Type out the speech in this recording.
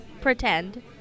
pretend